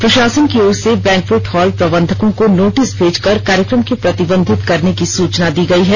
प्रशासन की ओर से वैंक्वेट हॉल प्रबंधकों को नोटिस भेजकर कार्यक्रम के प्रतिबंधित करने की सूचना दी गई है